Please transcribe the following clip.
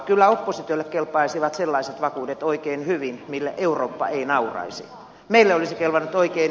kyllä oppositiolle kelpaisivat sellaiset vakuudet oikein hyvin mille eurooppa ei nauraisi